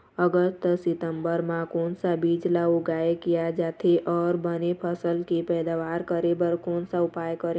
अगस्त सितंबर म कोन सा बीज ला उगाई किया जाथे, अऊ बने फसल के पैदावर करें बर कोन सा उपाय करें?